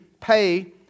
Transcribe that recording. pay